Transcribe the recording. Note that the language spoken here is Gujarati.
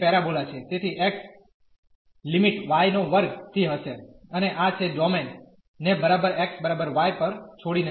તેથી x લિમિટ y2 થી હશે અને આ છે ડોમેન ને બરાબર x y પર છોડીને જશે